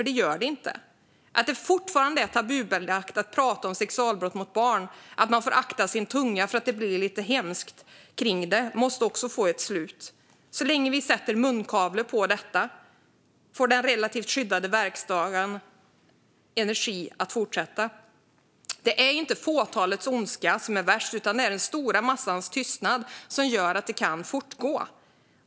Det fungerar inte. Att det fortfarande är tabubelagt att prata om sexualbrott mot barn, att man får vakta sin tunga för att det blir lite hemskt kring det, måste också få ett slut. Så länge vi sätter munkavle på detta får den relativt skyddade verkstaden energi att fortsätta. Det är inte fåtalets ondska som är värst, utan det är den stora massans tystnad som gör att detta kan fortgå.